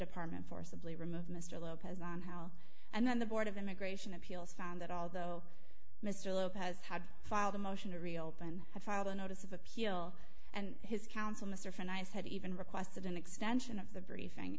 department forcibly remove mr lopez on howell and then the board of immigration appeals found that although mr lopez had filed a motion to reopen i filed a notice of appeal and his counsel mr finn i said even requested an extension of the briefing